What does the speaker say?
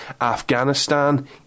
Afghanistan